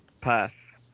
Pass